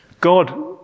God